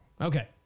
Okay